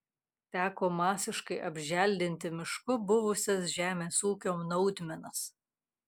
teko masiškai apželdinti mišku buvusias žemės ūkio naudmenas